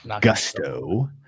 Gusto